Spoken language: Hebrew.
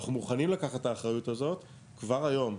אנחנו מוכנים לקחת את האחריות הזאת כבר היום.